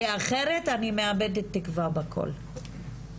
כי אחרת אני מאבדת תקווה בכל,